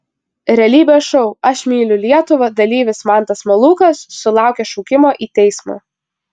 realybės šou aš myliu lietuvą dalyvis mantas malūkas sulaukė šaukimo į teismą